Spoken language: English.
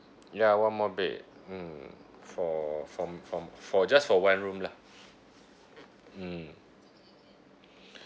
ya one more bed mmhmm for from from for just for one room lah mmhmm